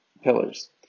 pillars